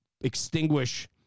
extinguish